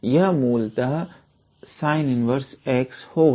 यह मूलतः sin−1𝑥 होगा